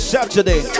Saturday